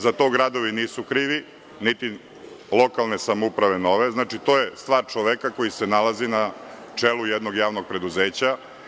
Za to gradovi nisu krivi niti lokalne samouprave, to je stvar čoveka koji se nalazi na čelu jednog javnog preduzeća.